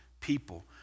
people